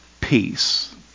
Peace